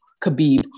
Khabib